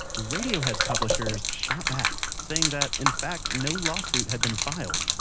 radiohead's publishers shot back, saying that in fact no lawsuit had been filed,